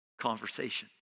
conversation